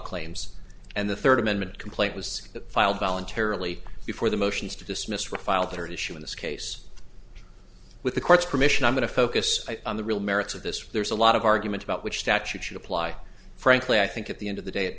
claims and the third amendment complaint was filed voluntarily before the motions to dismiss were filed her issue in this case with the court's permission i'm going to focus on the real merits of this there's a lot of argument about which statute should apply frankly i think at the end of the day it